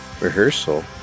rehearsal